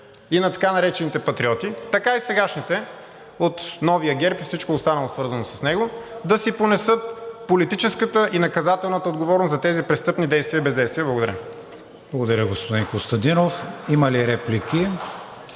и на така наречените Патриоти, така и сегашните, от новия ГЕРБ и всичко останало, свързано с него, да си понесат политическата и наказателната отговорност за тези престъпни действия и бездействия. Благодаря. (Частични ръкопляскания